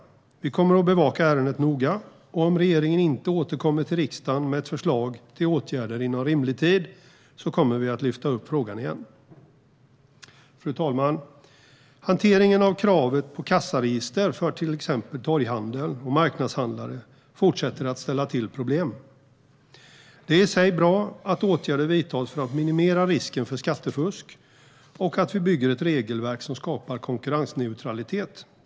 Vi kommer att bevaka ärendet noga, och om regeringen inte återkommer till riksdagen med ett förslag till åtgärder inom rimlig tid kommer vi att ta upp frågan igen. Fru talman! Hanteringen av kravet på kassaregister för till exempel torghandel och marknadshandlare fortsätter att ställa till problem. Det är i sig bra att åtgärder vidtas för att minimera risken för skattefusk och att vi bygger ett regelverk som skapar konkurrensneutralitet.